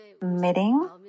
meeting